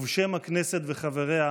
ובשם הכנסת וחבריה,